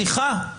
הגישו כתב אישום.